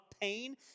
pain